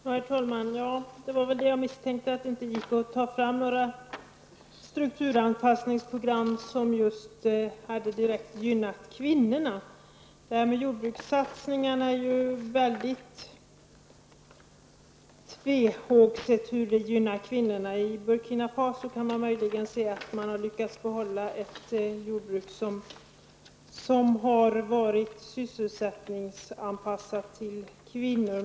Herr talman! Det var väl det jag misstänkte, att det inte gick att ta fram några exempel på strukturanpassningsprogram som hade direkt gynnat kvinnorna. Att jordbrukssatsningarna gynnar kvinnorna är väldigt tvehågset. I Burkina Faso går det möjligen att se att man har lyckats behålla ett jordbruk som har varit sysselsättningsanpassat till kvinnor.